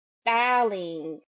styling